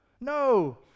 no